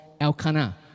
Elkanah